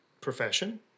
profession